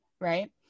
right